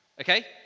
Okay